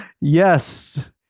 Yes